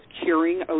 curing